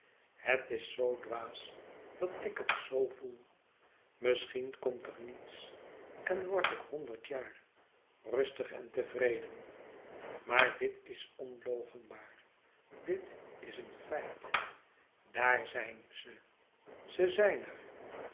het is zoo dwaas dat ik het zo voel misschien komt er niets en word ik honderd jaar rustig en tevreden maar dit is onloochenbaar dit is een feit daar zijn ze ze zijn er